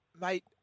Mate